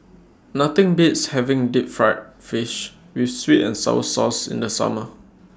Nothing Beats having Deep Fried Fish with Sweet and Sour Sauce in The Summer